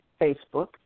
Facebook